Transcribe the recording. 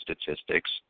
statistics